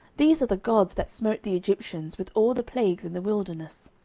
these are the gods that smote the egyptians with all the plagues in the wilderness.